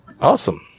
Awesome